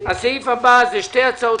הישיבה ננעלה בשעה